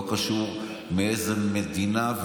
לא קשור מאיזו מדינה,